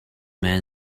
men